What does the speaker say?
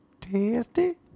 tasty